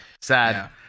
sad